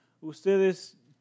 ustedes